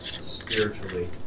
spiritually